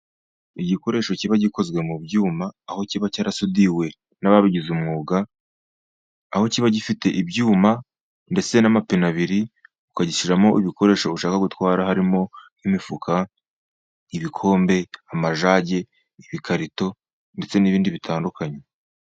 Igikoresho kiba gikozwe mu byuma, aho kiba cyarasudiwe n'ababigize umwuga, aho kiba gifite ibyuma ndetse n'amapine abiri ukagishyiramo ibikoresho ushaka gutwara, harimo nk'imifuka, ibikombe, amajage, ibikarito ndetse n'ibindi bitandukanye.